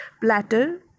platter